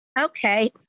Okay